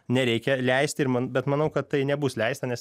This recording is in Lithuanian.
nereikia leisti ir man bet manau kad tai nebus leista nes